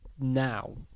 now